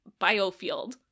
biofield